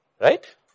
right